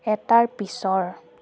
এটাৰ পিছৰ